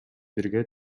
бирге